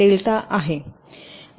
delta आहे